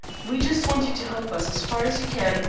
we just want you to help us as far as you can,